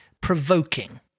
Provoking